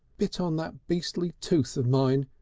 bit on that beastly tooth of mine,